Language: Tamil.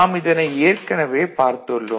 x' 0 Idempotency x x x x